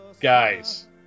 guys